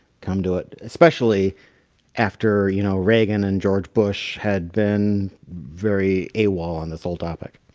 come to it, especially after you know reagan and george bush had been very a wall on this whole topic.